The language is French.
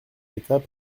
d’état